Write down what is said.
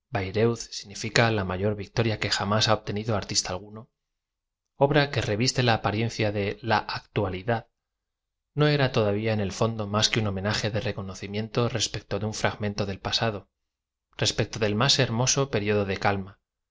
la m ayor victoria que jamás ha obtenido artista alguno obra que revis te la apariencia de la actualidad no e ra tod avía en e i fondo más que un homenaje de reconocimiento res pecto de un fragmento del pasado respecto del más hermoso periodo de calma